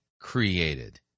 created